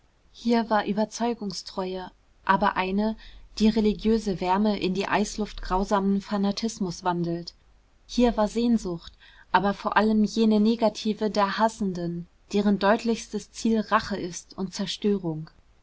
hier war überzeugungstreue aber eine die religiöse wärme in die eisluft grausamen fanatismus wandelt hier war sehnsucht aber vor allem jene negative der hassenden deren deutlichstes ziel rache ist und zerstörung